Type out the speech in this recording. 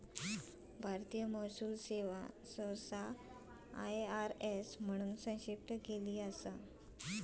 भारतीय महसूल सेवा सहसा आय.आर.एस म्हणून संक्षिप्त केली जाता